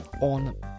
on